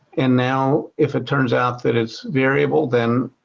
and now, if it turns out that it's variable, then